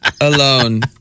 alone